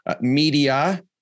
media